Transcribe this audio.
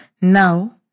Now